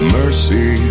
mercy